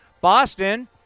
Boston